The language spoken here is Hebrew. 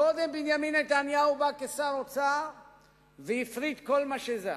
קודם בנימין נתניהו בא כשר אוצר והפריט כל מה שזז.